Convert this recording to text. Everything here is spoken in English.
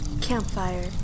Campfire